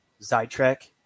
Zytrek